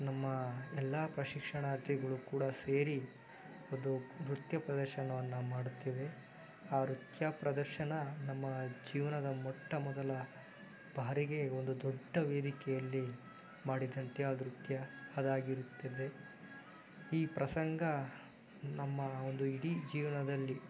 ನಮ್ಮ ಎಲ್ಲ ಪ್ರಶಿಕ್ಷಣಾರ್ಥಿಗಳು ಕೂಡ ಸೇರಿ ಒಂದು ನೃತ್ಯ ಪ್ರದರ್ಶನವನ್ನು ಮಾಡ್ತೇವೆ ಆ ನೃತ್ಯ ಪ್ರದರ್ಶನ ನಮ್ಮ ಜೀವನ ಮೊಟ್ಟ ಮೊದಲ ಬಾರಿಗೆ ಒಂದು ದೊಡ್ಡ ವೇದಿಕೆಯಲ್ಲಿ ಮಾಡಿದಂಥ ನೃತ್ಯ ಅದಾಗಿರುತ್ತದೆ ಈ ಪ್ರಸಂಗ ನಮ್ಮ ಒಂದು ಇಡೀ ಜೀವನದಲ್ಲಿ